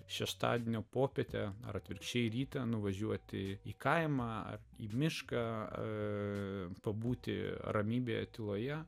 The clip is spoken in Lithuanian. šeštadienio popietę ar atvirkščiai ryte nuvažiuoti į kaimą į mišką pabūti ramybėje tyloje